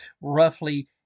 roughly